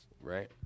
right